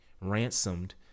ransomed